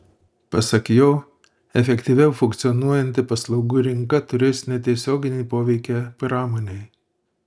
pasak jo efektyviau funkcionuojanti paslaugų rinka turės netiesioginį poveikį pramonei